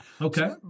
Okay